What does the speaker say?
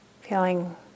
Feeling